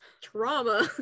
trauma